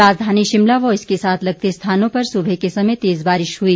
राजधानी शिमला व इसके साथ लगते स्थानों पर सुबह के समय तेज बारिश हुई